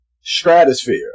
stratosphere